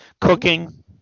cooking